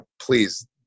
please